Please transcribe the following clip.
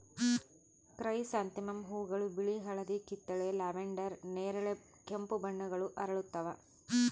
chrysanthemum ಹೂವುಗಳು ಬಿಳಿ ಹಳದಿ ಕಿತ್ತಳೆ ಲ್ಯಾವೆಂಡರ್ ನೇರಳೆ ಕೆಂಪು ಬಣ್ಣಗಳ ಅರಳುತ್ತವ